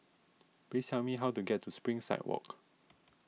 please tell me how to get to Springside Walk